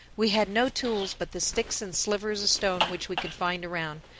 we had no tools but the sticks and slivers of stone which we could find around.